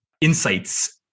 insights